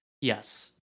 Yes